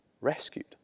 rescued